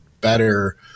better